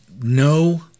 no